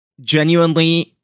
genuinely